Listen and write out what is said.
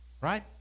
Right